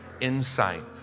insight